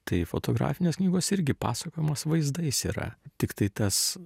tai fotografinės knygos irgi pasakojamos vaizdais yra tiktai tas